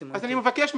אני מבקש מכם.